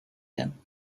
him